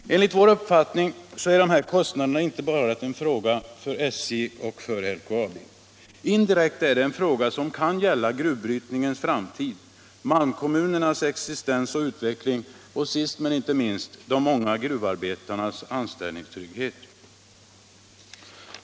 Enligt vår uppfattning är dessa kostnader inte enbart en fråga för SJ och LKAB. Indirekt kan det gälla gruvbrytningens framtid, malmkommunernas existens och utveckling och sist men inte minst de många gruvarbetarnas anställningstrygghet.